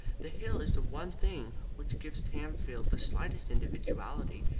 the hill is the one thing which gives tamfield the slightest individuality.